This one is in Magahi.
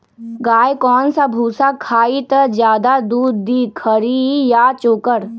गाय कौन सा भूसा खाई त ज्यादा दूध दी खरी या चोकर?